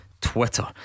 Twitter